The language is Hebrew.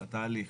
לתהליך.